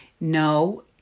No